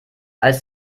als